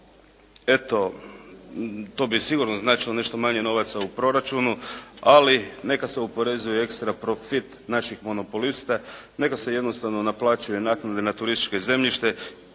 Eto to bi sigurno značilo nešto manje novaca u proračunu, ali neka se oporezuje ekstra profit naših monopolista, neka se jednostavno naplaćuje naknada na turističko zemljište